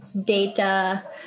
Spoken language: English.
data